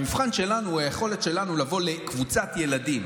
המבחן שלנו הוא היכולת שלנו לבוא לקבוצת ילדים